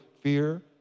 fear